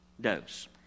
dose